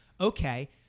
Okay